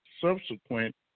subsequent